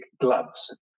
gloves